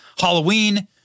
Halloween